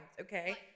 okay